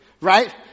Right